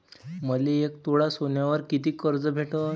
मले एक तोळा सोन्यावर कितीक कर्ज भेटन?